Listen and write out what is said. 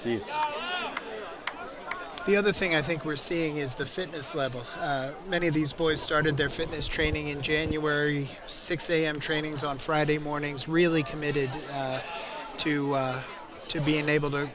see the other thing i think we're seeing is the fitness level many of these boys started their fitness training in january six am trainings on friday mornings really committed to being able to